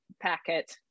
packet